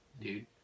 Dude